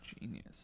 Genius